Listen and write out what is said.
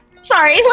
sorry